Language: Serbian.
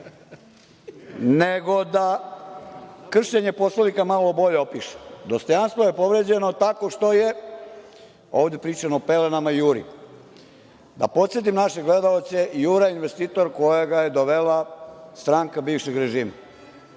da kršenje Poslovnika malo bolje opišem. Dostojanstvo je povređeno tako što je ovde pričano o pelenama i „Juri“. Da podsetim naše gledaoce, „Jura“ je investitor kojeg je dovela stranka bivšeg režima,